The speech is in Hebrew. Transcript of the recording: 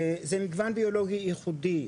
זה מגוון ביולוגי ייחודי,